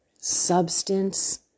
substance